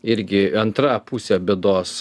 irgi antra pusė bėdos